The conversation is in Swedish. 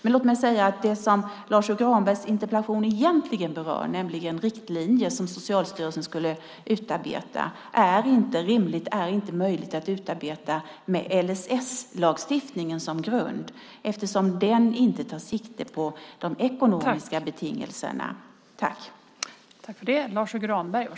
Men låt mig säga att det som Lars U Granberg egentligen berör, nämligen riktlinjer som Socialstyrelsen skulle utarbeta, inte är rimligt och möjligt att utarbeta med LSS-lagstiftningen som grund eftersom den inte tar sikte på de ekonomiska betingelserna.